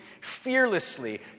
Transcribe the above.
fearlessly